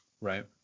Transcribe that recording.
Right